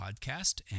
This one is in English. Podcast